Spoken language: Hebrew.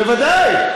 בוודאי.